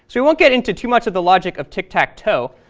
so we won't get into too much of the logic of tic tac toe,